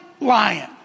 lion